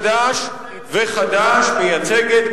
חד"ש מייצגת,